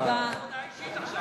הודעה אישית עכשיו.